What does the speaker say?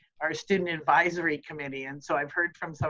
our student advisory committee. and so i've heard from some